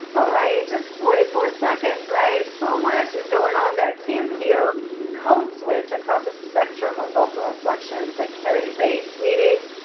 ah right, in just forty four seconds, right, so much is goin' on there. key and peele code switch across a spectrum of vocal inflections that carry race meanings,